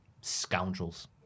Scoundrels